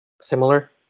similar